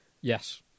Yes